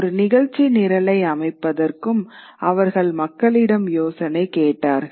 ஒரு நிகழ்ச்சி நிரலை அமைப்பதற்கும் அவர்கள் மக்களிடம் யோசனை கேட்டார்கள்